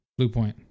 Bluepoint